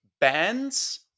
bands